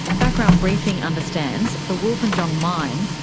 background briefing understands the wilpinjong mine,